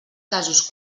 casos